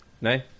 No